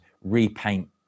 repaint